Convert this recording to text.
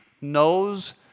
knows